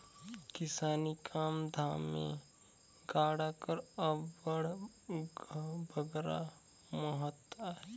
किसानी काम धाम मे गाड़ा कर अब्बड़ बगरा महत अहे